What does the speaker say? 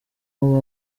uwo